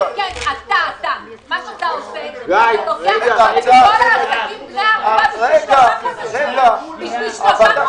אתה הופך את כל העסקים לבני ערובה בשביל שלושה חודשים.